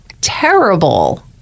terrible